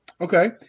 Okay